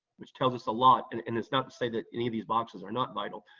which tells us a lot and and it's not to say that any of these boxes are not vital,